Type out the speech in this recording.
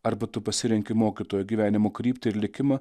arba tu pasirenki mokytojo gyvenimo kryptį ir likimą